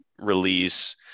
release